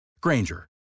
Granger